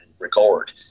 record